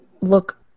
look